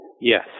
Yes